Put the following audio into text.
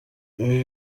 ibi